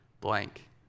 blank